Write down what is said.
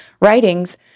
writings